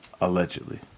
Allegedly